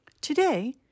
Today